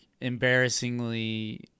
embarrassingly